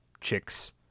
chicks